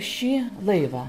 šį laivą